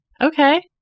Okay